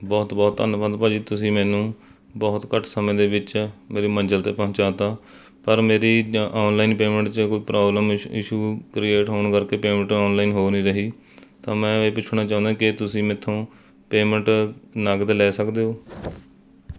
ਬਹੁਤ ਬਹੁਤ ਧੰਨਵਾਦ ਭਾਅ ਜੀ ਤੁਸੀਂ ਮੈਨੂੰ ਬਹੁਤ ਘੱਟ ਸਮੇਂ ਦੇ ਵਿੱਚ ਮੇਰੀ ਮੰਜ਼ਿਲ 'ਤੇ ਪਹੁੰਚਾ ਤਾ ਪਰ ਮੇਰੀ ਔਨਲਾਈਨ ਪੇਮੈਂਟ 'ਚ ਕੋਈ ਪ੍ਰੋਬਲਮ ਇਸ਼ੂ ਇਸ਼ੂ ਕ੍ਰੀਏਟ ਹੋਣ ਕਰਕੇ ਪੇਮੈਂਟ ਔਨਲਾਈਨ ਹੋ ਨਹੀਂ ਰਹੀ ਤਾਂ ਮੈਂ ਇਹ ਪੁੱਛਣਾ ਚਾਹੁੰਦਾ ਕਿ ਤੁਸੀਂ ਮੈਥੋਂ ਪੇਮੈਂਟ ਨਕਦ ਲੈ ਸਕਦੇ ਹੋ